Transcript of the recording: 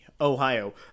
Ohio